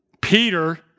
Peter